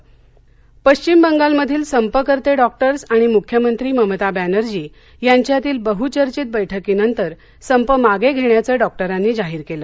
doctors पश्विम बंगालमधील संपकर्ते डॉक्टर्स आणि मुख्यमंत्री ममता बॅनर्जी यांच्यातील बहुचर्घित बैठकीनंतर संप मागे घेण्याच डॉक्टरांनी जाहीर केलं